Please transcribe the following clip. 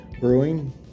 Brewing